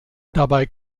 dabei